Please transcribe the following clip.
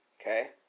Okay